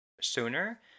sooner